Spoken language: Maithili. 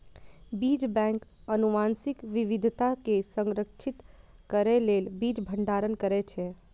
बीज बैंक आनुवंशिक विविधता कें संरक्षित करै लेल बीज भंडारण करै छै